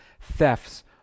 thefts